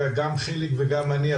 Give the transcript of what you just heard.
גם חיליק וגם אני,